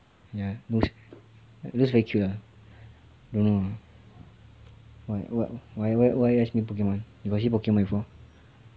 ya looks looks very cute don't know lah like what why why you ask me pokemon you got see pokemon before